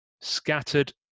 scattered